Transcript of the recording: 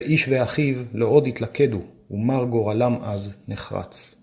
ואיש ואחיו לא עוד התלכדו, ומר גורלם אז נחרץ.